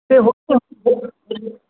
तो बेगूसराय